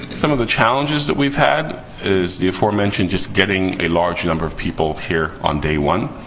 some of the challenges that we've had is the aforementioned just getting a large number of people here on day one.